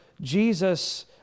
Jesus